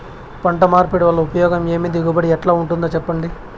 పంట మార్పిడి వల్ల ఉపయోగం ఏమి దిగుబడి ఎట్లా ఉంటుందో చెప్పండి?